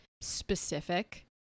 specific